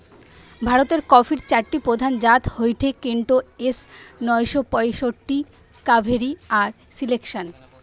ভারতের কফির চারটি প্রধান জাত হয়ঠে কেন্ট, এস নয় শ পয়ষট্টি, কাভেরি আর সিলেকশন